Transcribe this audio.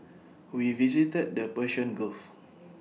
we visited the Persian gulf